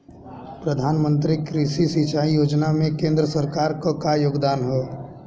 प्रधानमंत्री कृषि सिंचाई योजना में केंद्र सरकार क का योगदान ह?